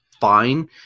fine